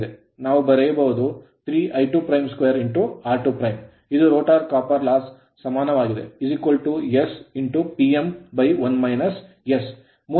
ನಾವು ಬರೆಯಬಹುದು 3 I22 r2 ಇದು rotor ರೋಟರ್ copper loss ತಾಮ್ರದ ನಷ್ಟಕ್ಕೆ ಸಮಾನವಾಗಿದೆ s Pm